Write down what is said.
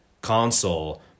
console